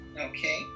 Okay